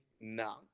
now